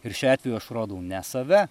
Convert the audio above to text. ir šiuo atveju aš rodau ne save